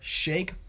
shake